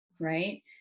right